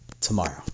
tomorrow